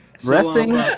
Resting